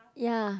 ya